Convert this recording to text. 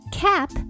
cap